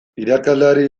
irakasleari